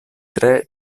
tre